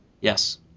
Yes